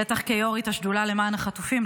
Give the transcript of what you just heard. בטח כיו"רית השדולה למען החטופים,